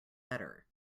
better